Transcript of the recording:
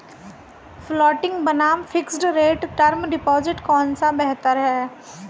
Floating बनाम fixed rate term deposit कौन सा बेहतर है?